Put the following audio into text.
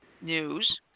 News